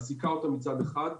מעסיקה אותם מצד אחד.